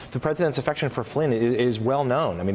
the president's affection for flynn is well known. i mean